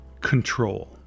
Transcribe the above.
control